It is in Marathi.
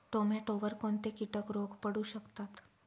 टोमॅटोवर कोणते किटक रोग पडू शकतात?